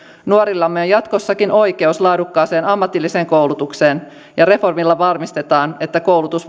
nuorillamme on jatkossakin oikeus laadukkaaseen ammatilliseen koulutukseen ja reformilla varmistetaan että koulutus